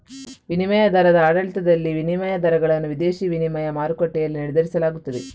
ವಿನಿಮಯ ದರದ ಆಡಳಿತದಲ್ಲಿ, ವಿನಿಮಯ ದರಗಳನ್ನು ವಿದೇಶಿ ವಿನಿಮಯ ಮಾರುಕಟ್ಟೆಯಲ್ಲಿ ನಿರ್ಧರಿಸಲಾಗುತ್ತದೆ